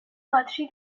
باتری